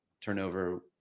turnover